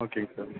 ஓகேங்க சார்